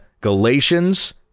Galatians